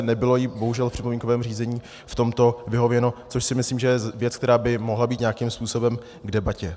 Nebylo jí bohužel v připomínkovém řízení v tomto vyhověno, což si myslím, že je věc, která by mohla být nějakým způsobem k debatě.